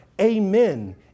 amen